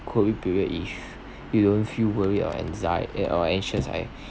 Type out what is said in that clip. COVID period if you don't feel worried or anxie~ eh orh anxious I